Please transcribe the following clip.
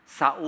sa